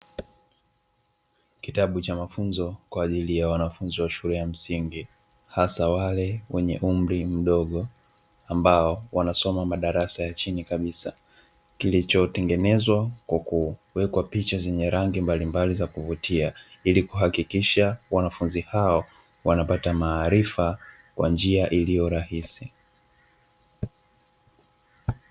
Kitabu cha mafunzo kwa ajili ya wanafunzi wa shule ya msingi, hasa wale wenye umri mdogo ambao wanasoma madarasa ya chini kabisa kilichotengenezwa kwa kuwekwa picha zenye rangi mbalimbali za kuvutiwa, ili kuhakikisha wanafunzi hao wanapata maarifa kwa njia iliyo rahisi.